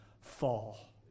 fall